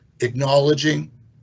acknowledging